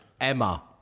Emma